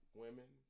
women